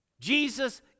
Jesus